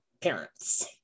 parents